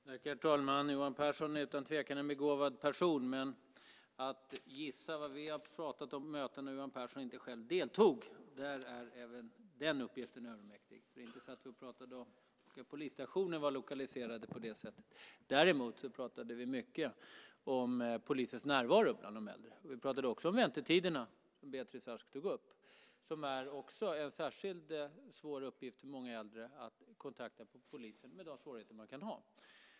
Herr talman! Johan Pehrson är utan tvekan en begåvad person, men att gissa vad vi har pratat om på möten där Johan Pehrson själv inte deltagit är även för honom en övermäktig uppgift. Vi satt inte och pratade om var polisstationerna är lokaliserade. Däremot pratade vi mycket om polisens närvaro bland de äldre. Vi pratade också om väntetiderna, som Beatrice Ask tog upp, att det kan vara en särskilt svår uppgift för många äldre att kontakta polisen.